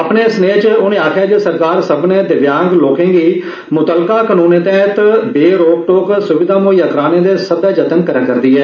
अपने सनेह् च उनें आक्खेआ जे सरकार सब्बने दिव्यांग लोकें गी मुत्तलका कनूनें तैह्त बेरोक टोक सुविधां मुहैआ कराने दे सब्बै जतन करै करदी ऐ